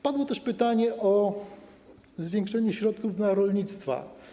Padło też pytanie o zwiększenie środków dla rolnictwa.